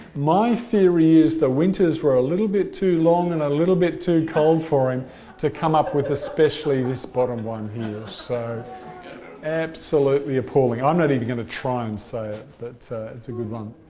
my theory is the winters were a little bit too long and a little bit too cold for him to come up with especially this bottom one here. so absolutely appalling. i'm not even going to try and say it, but it's a good one.